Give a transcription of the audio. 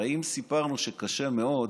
הרי אם סיפרנו שקשה מאוד,